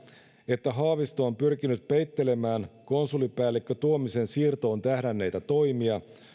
että haavisto on pyrkinyt peittelemään konsulipalvelupäällikkö tuomisen siirtoon tähdänneitä toimia